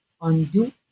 undo